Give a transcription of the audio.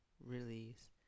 release